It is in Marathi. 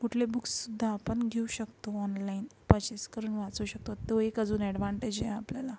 कुठले बुक्ससुद्धा आपण घेऊ शकतो ऑनलाईन पर्चेस करून वाचू शकतो तो एक अजून अॅडव्हान्टेज आहे आपल्याला